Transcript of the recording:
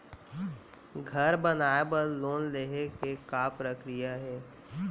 घर बनाये बर लोन लेहे के का प्रक्रिया हे?